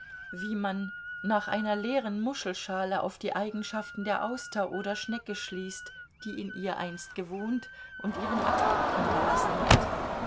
wie man nach einer leeren muschelschale auf die eigenschaften der auster oder schnecke schließt die in ihr einst gewohnt und ihren abdruck hinterlassen hat